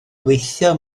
gweithio